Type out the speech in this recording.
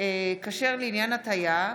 של החטיבה להתיישבות),